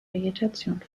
vegetation